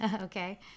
okay